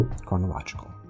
chronological